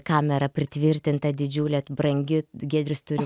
kamera pritvirtinta didžiulė brangi giedrius turi